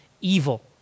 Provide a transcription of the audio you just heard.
evil